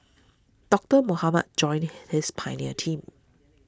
Doctor Mohamed joined this pioneer team